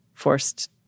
forced